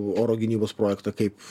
oro gynybos projektą kaip